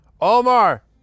Omar